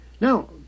now